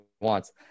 wants